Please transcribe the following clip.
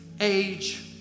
age